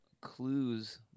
clues